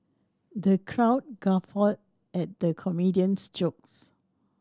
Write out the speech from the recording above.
the crowd guffawed at the comedian's jokes